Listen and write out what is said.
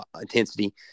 intensity